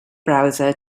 browser